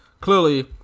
clearly